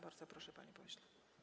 Bardzo proszę, panie pośle.